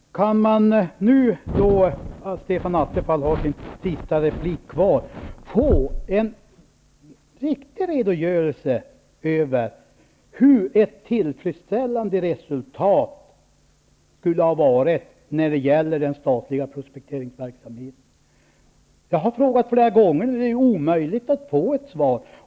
Herr talman! Kan man nu när Stefan Attefall har sin sista replik kvar få en riktig redogörelse över hur ett tillfredsställande resultat skulle ha sett ut när det gäller den statliga prospekteringsverksamheten? Jag har frågat flera gånger, men det är omöjligt att få ett svar.